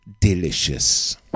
delicious